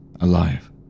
alive